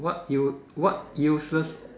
what you what useless